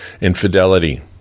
infidelity